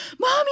mommy